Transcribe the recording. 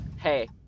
Hey